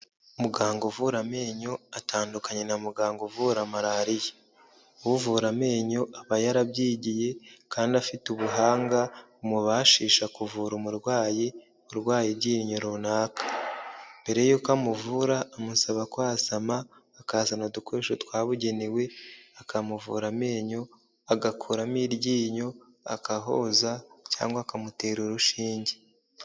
Muganga uvura amenyo atandukanye na muganga uvura malariya uvura amenyo aba yarabyigiye kandi afite ubuhanga bumubashisha kuvura umurwayi urwaye ibyiryinyo runaka mbere y'uko amuvura amusaba kwasama akazana udukoresho twabugenewe akamuvura amenyo agakuramo iryinyo akahoza cyangwa akamutera urushinge.